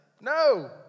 No